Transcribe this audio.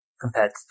compared